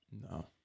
No